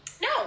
No